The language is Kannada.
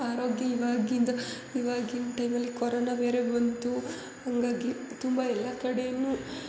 ಆರೋಗ್ಯ ಇವಾಗಿಂದು ಇವಾಗಿನ ಟೈಮಲ್ಲಿ ಕೊರೊನ ಬೇರೆ ಬಂತು ಹಾಗಾಗಿ ತುಂಬ ಎಲ್ಲ ಕಡೆಯೂ